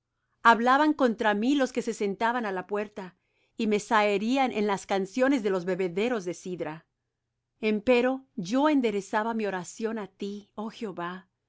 hablaban contra mí los que se sentaban á la puerta y me zaherían en las canciones de los bebederos de sidra empero yo enderezaba mi oración á ti oh jehová